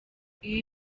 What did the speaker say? iyi